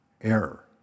error